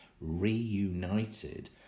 reunited